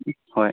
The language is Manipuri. ꯍꯣꯏ